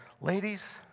Ladies